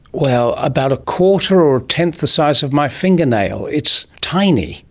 well, about a quarter or a tenth the size of my fingernail. it's tiny.